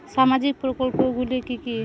সামাজিক প্রকল্প গুলি কি কি?